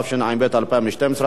התשע"ב 2012,